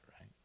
Right